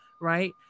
right